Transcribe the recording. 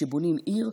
כשבונים עיר,